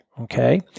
okay